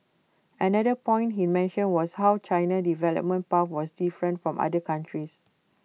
another point he mentioned was how China's development path was different from other countries